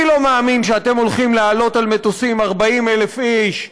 אני לא מאמין שאתם הולכים להעלות על מטוסים 40,000 איש,